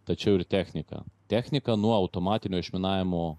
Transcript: tačiau ir technika technika nuo automatinio išminavimo